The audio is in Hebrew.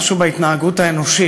משהו בהתנהגות האנושית.